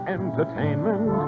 entertainment